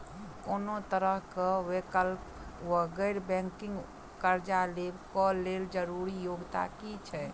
कोनो तरह कऽ वैकल्पिक वा गैर बैंकिंग कर्जा लेबऽ कऽ लेल जरूरी योग्यता की छई?